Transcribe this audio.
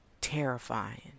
terrifying